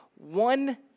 One